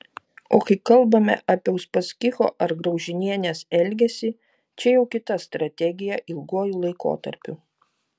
o kai kalbame apie uspaskicho ar graužinienės elgesį čia jau kita strategija ilguoju laikotarpiu